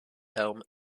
elm